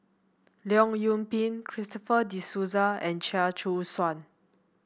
Leong Yoon Pin Christopher De Souza and Chia Choo Suan